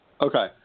Okay